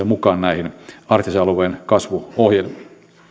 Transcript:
mukaan näihin arktisen alueen kasvuohjelmiin